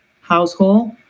household